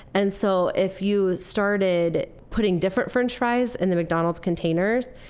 and so, if you started putting different french fries in the mcdonald's containers,